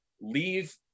leave